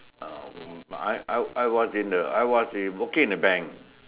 um I I I was in the I was in working in the bank